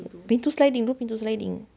pintu sliding tu pintu sliding